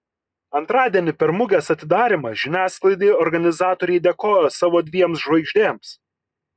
antradienį per mugės atidarymą žiniasklaidai organizatoriai dėkojo savo dviem žvaigždėms